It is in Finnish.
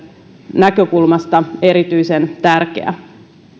näkökulmasta erityisen tärkeä